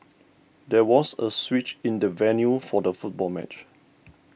there was a switch in the venue for the football match